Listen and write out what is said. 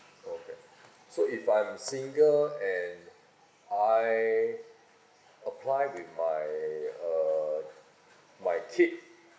okay so if I'm single and I apply with my uh my kid